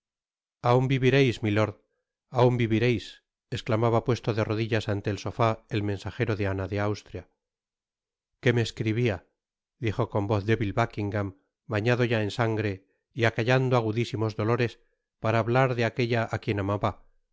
aun vivireis milord aun vivireis esclamaba puesto de rodillas ante el sofá el mensajero de ana de austria qué me escribia dijo con voz débil buckingam bañado ya en sangre y acallando agudisimos dolores para hablar de aquella á quien amaba